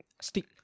stick